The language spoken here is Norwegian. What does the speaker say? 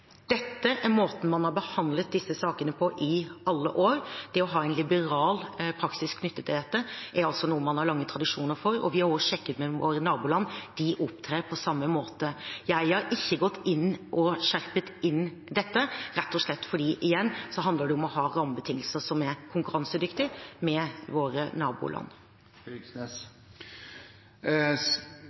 Dette er måten man har behandlet disse sakene på i alle år. Det å ha en liberal praksis knyttet til dette er altså noe man har lange tradisjoner for. Vi har også sjekket med våre naboland. De opptrer på samme måte. Jeg har ikke gått inn og innskjerpet dette, rett og slett fordi det igjen handler om å ha rammebetingelser som er konkurransedyktig med våre naboland.